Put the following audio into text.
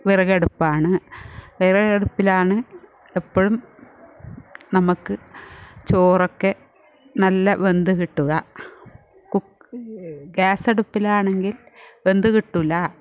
വിറകടുപ്പാണ് വിറകടുപ്പിലാണ് എപ്പോഴും നമുക്ക് ചോറൊക്കെ നല്ല വെന്ത് കിട്ടുക കു ഗ്യാസടുപ്പിലാണെങ്കിൽ വെന്ത് കിട്ടൂല്ല